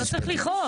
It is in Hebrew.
לא צריך לכעוס.